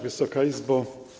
Wysoka Izbo!